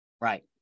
right